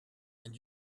and